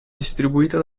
distribuita